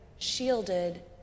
shielded